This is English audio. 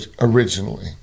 originally